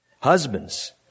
Husbands